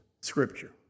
scripture